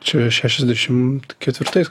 čia šešiasdešimt ketvirtais